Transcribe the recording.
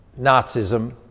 Nazism